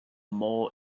more